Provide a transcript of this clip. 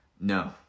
No